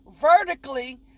vertically